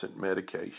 medication